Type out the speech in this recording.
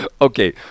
Okay